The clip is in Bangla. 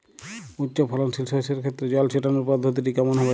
উচ্চফলনশীল শস্যের ক্ষেত্রে জল ছেটানোর পদ্ধতিটি কমন হবে?